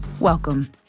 welcome